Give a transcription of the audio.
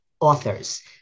authors